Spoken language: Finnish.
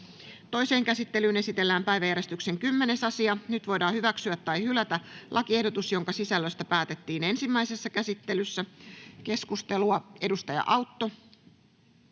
Toiseen käsittelyyn esitellään päiväjärjestyksen 10. asia. Nyt voidaan hyväksyä tai hylätä lakiehdotus, jonka sisällöstä päätettiin ensimmäisessä käsittelyssä. — Keskustelua, edustaja Autto.